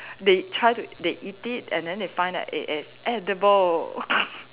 they try to they eat it and then they find that it is edible